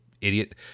idiot